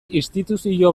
instituzio